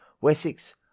Wessex